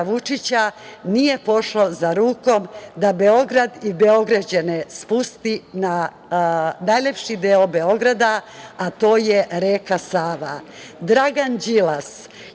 Vučića nije pošlo za rukom da Beograd i Beograđane spusti na najlepši deo Beograda, a to je reka Sava. Dragan Đilas